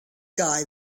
guy